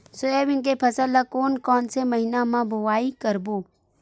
Soybean के फसल ल कोन कौन से महीना म बोआई करबो?